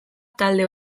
talde